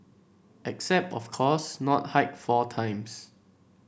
except of course not hike four times